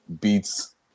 beats